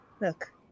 look